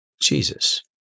Jesus